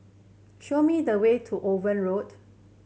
show me the way to Owen Road